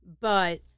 but-